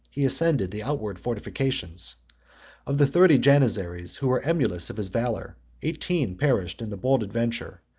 he ascended the outward fortification of the thirty janizaries, who were emulous of his valor, eighteen perished in the bold adventure.